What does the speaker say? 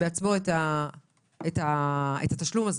בעצמו את התשלום הזה,